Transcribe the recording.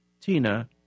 Tina